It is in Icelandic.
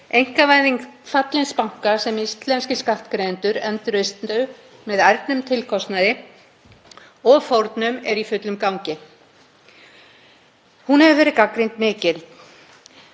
Hún hefur verið gagnrýnd mikið. Það sem er eftirtektarvert er að samkvæmt skoðanakönnunum vill minni hluti íslensku þjóðarinnar alls ekki selja bankana til einkaaðila.